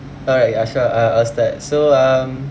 alright ashraf I'll I'll start so um